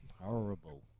horrible